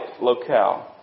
locale